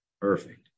Perfect